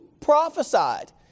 prophesied